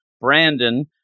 Brandon